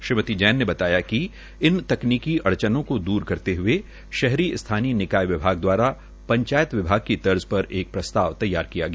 श्रीमति जैन ने बताया कि इन तकनीकी अडचनों को दूर करते हुए शहरी स्थानीय निकाय विभाग दवारा पंचायत विभाग की तर्ज पर एक प्रस्ताव तैयार किया गया